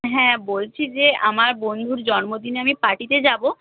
হ্যাঁ বলছি যে আমার বন্ধুর জন্মদিনে আমি পার্টিতে যাবো